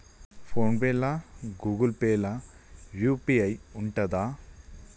Phone pay లా Google Pay లా UPI ఉంటదా?